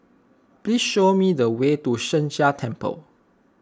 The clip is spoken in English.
please show me the way to Sheng Jia Temple